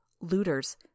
looters